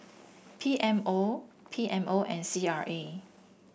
P M O P M O and C R A